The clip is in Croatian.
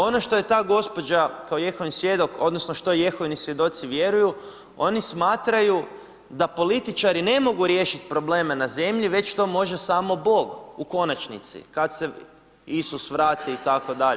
Ono što je ta gospođa, kao Jehovin svjedok, odnosno što Jehovini svjedoci vjeruju, oni smatraju da političari ne mogu riješiti probleme na zemlji već to može samo Bog u konačnici, kada se Isus vrati itd.